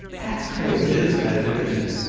that's crazy. is kind of interesting,